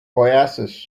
oasis